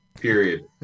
Period